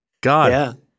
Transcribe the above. God